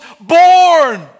born